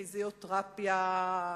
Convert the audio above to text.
פיזיותרפיה,